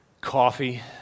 coffee